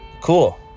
Cool